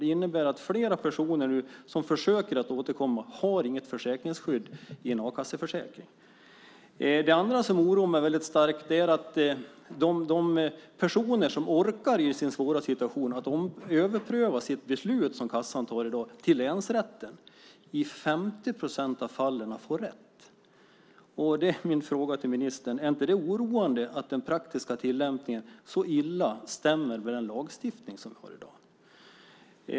Det innebär att flera personer som försöker återkomma inte har något försäkringsskydd i en a-kasseförsäkring. Något annat som oroar mig mycket är att de personer som i sin svåra situation orkar överpröva beslutet som kassan tagit till länsrätten får rätt i 50 procent av fallen. Är det inte oroande att den praktiska tillämpningen så illa stämmer med den lagstiftning som vi har i dag?